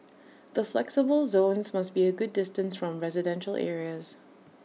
the flexible zones must be A good distance from residential areas